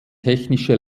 technische